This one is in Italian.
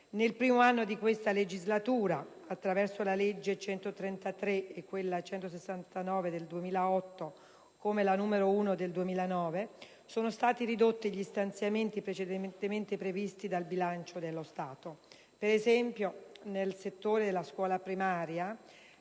Nel primo anno di questa legislatura, attraverso le leggi nn. 133 e 169 del 2008 così come la n. 1 del 2009, sono stati ridotti gli stanziamenti precedentemente previsti dal bilancio dello Stato. Per esempio, nel settore della scuola primaria